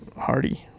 Hardy